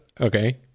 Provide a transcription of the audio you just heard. Okay